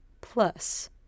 plus